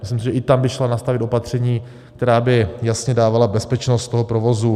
Myslím si, že i tam by šla nastavit opatření, která by jasně dávala bezpečnost provozu.